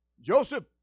Joseph